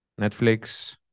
Netflix